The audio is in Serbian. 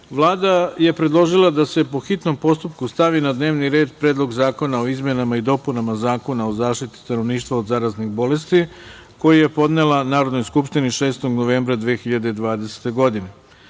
je predložila da se po hitnom postupku stavi na dnevni red Predlog zakona o izmenama i dopunama Zakona o zaštiti stanovništva od zaraznih bolesti, koji je podnela Narodnoj skupštini 6. novembra 2020. godine. Želim